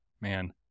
man